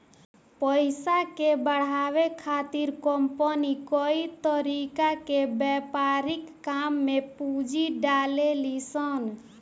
पइसा के बढ़ावे खातिर कंपनी कई तरीका के व्यापारिक काम में पूंजी डलेली सन